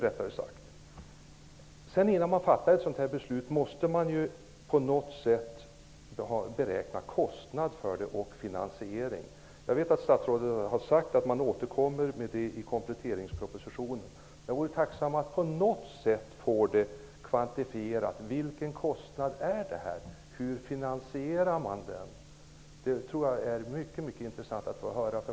Innan man fattar ett sådant här beslut måste man ju på något sätt beräkna kostnaderna för det och se till finansieringen. Jag vet att statsrådet har sagt att man skall återkomma med det i kompletteringspropositionen, men jag vore tacksam om jag på något sätt kunde få det kvantifierat. Vilken kostnad rör det sig om? Hur finansierar man den? Detta vore mycket intressant att få höra.